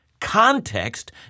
context